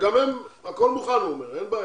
הוא אומר שהכול מוכן ואין בעיה.